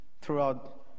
throughout